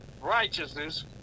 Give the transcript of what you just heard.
righteousness